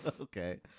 Okay